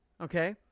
Okay